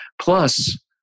Plus